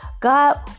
God